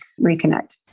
reconnect